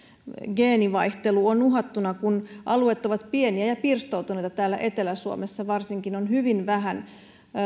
geenivaihtelu on uhattuna kun alueet ovat pieniä ja pirstoutuneita täällä etelä suomessa varsinkin on hyvin vähän